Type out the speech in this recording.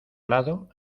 lado